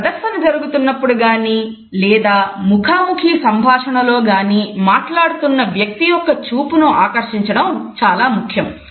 ఒక ప్రదర్శన జరుగుతున్నపుడు గానీ లేదా ముఖాముఖి సంభాషణలో గాని మాట్లాడుతున్న వ్యక్తి యొక్క చూపును ఆకర్షించడం చాలా ముఖ్యం